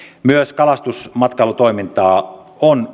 myös kalastusmatkailutoiminta on